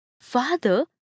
Father